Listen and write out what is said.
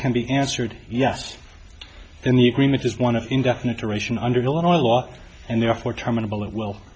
can be answered yes in the agreement is one of indefinite aeration under illinois law and therefore terminable it well